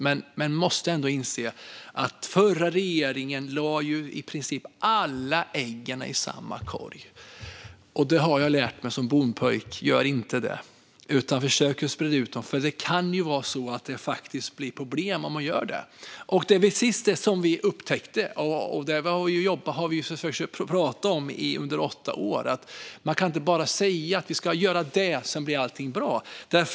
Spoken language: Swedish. Men förra regeringen lade i princip alla äggen i samma korg. Som bondpojk har jag lärt mig att man inte ska göra det, utan att man ska försöka sprida ut dem, eftersom det kan bli problem annars. Och det var precis vad vi upptäckte, och under åtta år har vi nu försökt prata om att man inte bara kan säga att om vi gör det blir allt bra.